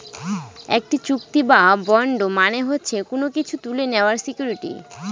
একটি চুক্তি বা বন্ড মানে হচ্ছে কোনো কিছু তুলে নেওয়ার সিকুইরিটি